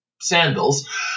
sandals